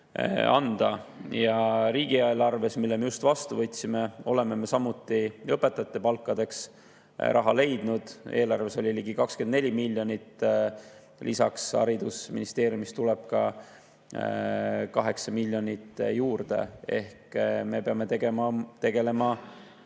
anda. Riigieelarves, mille me vastu võtsime, oleme me samuti õpetajate palkadeks raha leidnud. Eelarves oli [selleks] ligi 24 miljonit, lisaks tuleb haridusministeeriumist 8 miljonit juurde. Ehk me peame tegelema